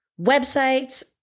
websites